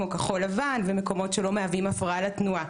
כמו כחול לבן ומקומות שלא מהווים הפרעה לתנועה.